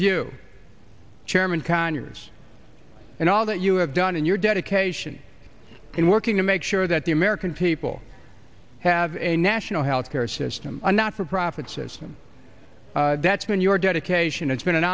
you chairman conyers and all that you have done and your dedication in working to make sure that the american people have a national health care system and not for profit system that's been your dedication it's been an